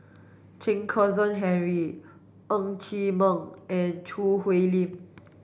Chen Kezhan Henri Ng Chee Meng and Choo Hwee Lim